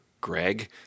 Greg